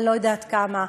אני לא יודעת כמה.